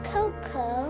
Coco